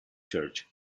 church